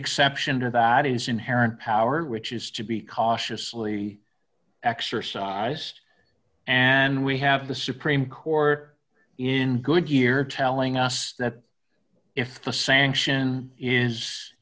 exception to that is inherent power which is to be cautiously exercised and we have the supreme court in goodyear telling us that if the sanction is